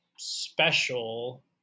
Special